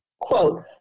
quote